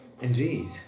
Indeed